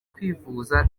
kwivuza